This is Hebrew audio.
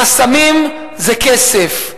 חסמים זה כסף,